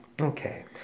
Okay